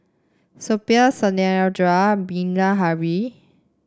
Suppiah Satyendra Bilahari